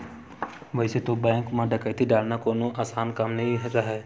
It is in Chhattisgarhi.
वइसे तो बेंक म डकैती डालना कोनो असान काम नइ राहय